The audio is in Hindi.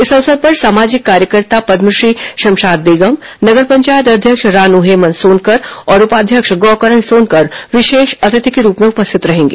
इस अवसर पर सामाजिक कार्यकर्ता पद्मश्री शमशाद बेगम नगर पंचायत अध्यक्ष रानू हेमंत सोनकर और उपाध्यक्ष गौकरण सोनकर विशेष अतिथि के रूप में उपस्थित रहेंगे